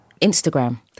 Instagram